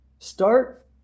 Start